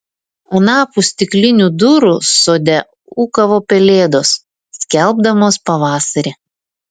anapus stiklinių durų sode ūkavo pelėdos skelbdamos pavasarį